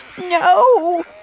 No